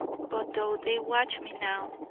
but though they watch me now,